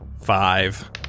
Five